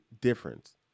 difference